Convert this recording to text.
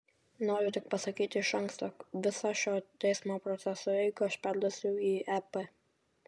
noriu tik pasakyti iš anksto visą šio teismo proceso eigą aš perduosiu į ep